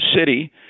city